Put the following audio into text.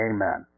Amen